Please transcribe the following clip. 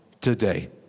today